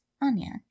Anya